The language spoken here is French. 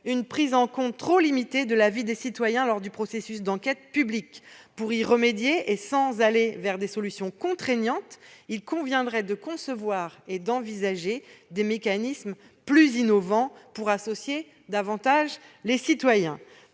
une prise en compte trop limitée de l'avis des citoyens lors du processus d'enquête publique. Pour y remédier et sans aller vers des solutions contraignantes, il conviendrait de concevoir et d'envisager des mécanismes plus innovants pour associer davantage les citoyens.